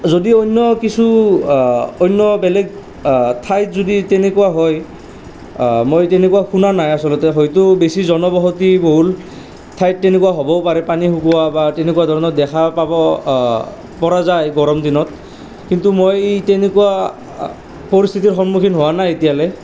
যদি অন্য কিছু অন্য বেলেগ ঠাইত যদি তেনেকুৱা হয় মই তেনেকুৱা শুনা নাই আচলতে হয়তো বেছি জনবসতি বহুল ঠাইত তেনেকুৱা হ'বও পাৰে পানী শুকোৱা বা তেনেকুৱা ধৰণৰ দেখা পাব পৰা যায় গৰম দিনত কিন্তু মই তেনেকুৱা পৰিস্থিতিৰ সন্মুখীন হোৱা নাই এতিয়ালৈ